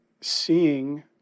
seeing